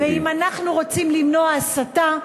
ואם אנחנו רוצים למנוע הסתה,